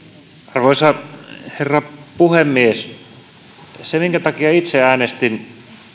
arvoisa herra puhemies se minkä takia itse äänestin